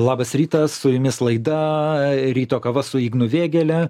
labas rytas su jumis laida ryto kava su ignu vėgėle